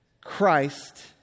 Christ